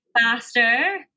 faster